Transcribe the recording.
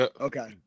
okay